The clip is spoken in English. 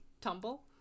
tumble